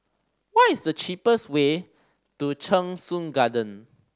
what is the cheapest way to Cheng Soon Garden